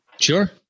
Sure